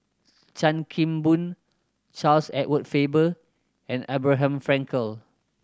Chan Kim Boon Charles Edward Faber and Abraham Frankel